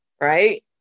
Right